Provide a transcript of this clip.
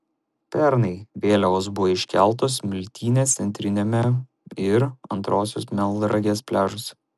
pernai vėliavos buvo iškeltos smiltynės centriniame ir antrosios melnragės pliažuose